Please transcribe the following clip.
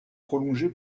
prolongée